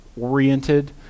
oriented